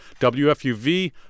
WFUV